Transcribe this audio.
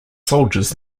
soldiers